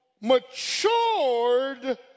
matured